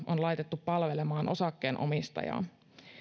on laitettu palvelemaan osakkeenomistajaa